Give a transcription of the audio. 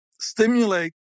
stimulate